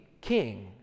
king